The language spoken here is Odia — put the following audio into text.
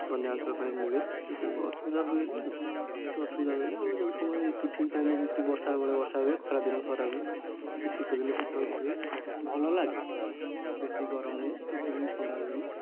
ବନ୍ୟାଞ୍ଚଳ ପାଇଁ ମିଳେ ଏସବୁ ଅସୁବିଧା ହୁଏନି ଆଉ କିଛି ଅସୁବିଧା ହୁଏନି ଆମ ଯୋଉ ସମୟରେ ଋତୁ ଠିକ୍ ଟାଇମ୍ରେ ଋତୁ ବର୍ଷା ବେଳେ ବର୍ଷା ହୁଏ ଖରାଦିନେ ଖରା ହୁଏ ଶୀତଦିନେ ଶୀତ ହୁଏ ଭଲ ଲାଗେ ବେଶି ଗରମ ହୁଏନି ବେଶୀ ବି ଥଣ୍ଡା ହୁଏନି